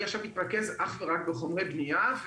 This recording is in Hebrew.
אני עכשיו מתרכז אך ורק בחומרי בנייה.